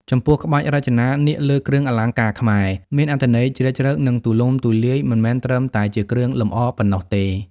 ចំពោះក្បាច់រចនានាគលើគ្រឿងអលង្ការខ្មែរ មានអត្ថន័យជ្រាលជ្រៅ និងទូលំទូលាយ មិនមែនត្រឹមតែជាគ្រឿងលម្អប៉ុណ្ណោះទេ។